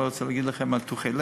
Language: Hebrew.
אני לא רוצה להגיד לכם על ניתוחי לב.